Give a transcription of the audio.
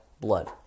blood